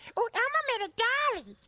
oh elmo made a dolly.